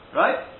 right